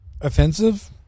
Offensive